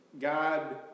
God